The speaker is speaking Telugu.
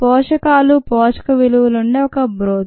పోషకాలు పోషక విలువలుండే ఒక బ్రోత్